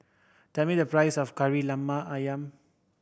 tell me the price of Kari Lemak Ayam